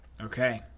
Okay